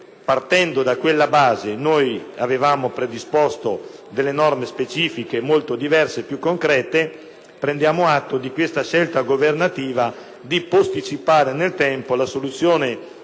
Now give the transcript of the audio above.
Partendo da quel testo avevamo predisposto delle norme specifiche molto diverse e piuconcrete. Prendiamo dunque atto della scelta governativa di posticipare nel tempo la soluzione di problemi